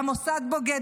המוסד בוגד.